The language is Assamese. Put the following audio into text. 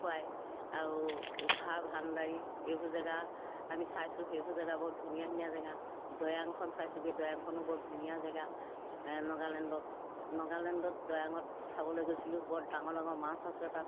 খুৱায় আৰু উশাহ ভান্দাৰী এইবোৰ জেগা আমি চাইছোঁ সেইবোৰ জেগা বৰ ধুনীয়া ধুনীয়া জেগা দৈয়াংখন চাইছোঁগে দৈয়াংখনো বৰ ধুনীয়া জেগা নগালেণ্ডৰ নগালেণ্ডত দৈয়াঙত চাবলৈ গৈছিলোঁ বৰ ডাঙৰ ডাঙৰ মাছ আছে তাত